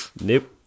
Nope